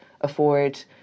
afford